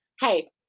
Hey